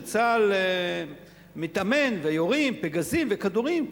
כשצה"ל מתאמן ויורים פגזים וכדורים,